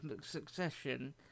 Succession